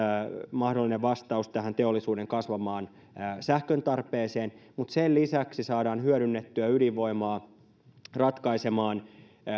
mahdollinen vastaus tähän teollisuuden kasvavaan sähkötarpeeseen mutta sen lisäksi saadaan hyödynnettyä ydinvoimaa ratkaisemaan